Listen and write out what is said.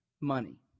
money